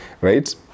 right